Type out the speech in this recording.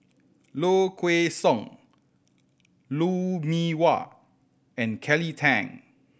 Low Kway Song Lou Mee Wah and Kelly Tang